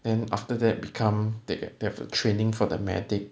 then after that become they th~ have the training for the medic